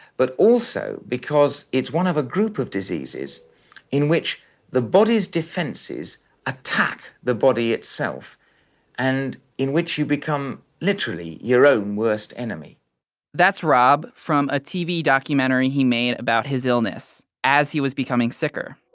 but also because it's one of a group of diseases in which the body's defenses attack the body itself and in which you become literally your own worst enemy that's rob from a tv documentary he made about his illness as he was becoming sicker.